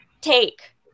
take